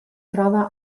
trova